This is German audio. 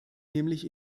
nämlich